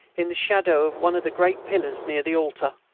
in the shadow of one of the great pillars near the altar.